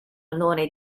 onore